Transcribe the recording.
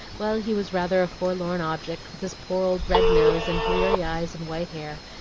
well, he was rather a forlorn object, with his poor old red nose, and bleary eyes, and white hair,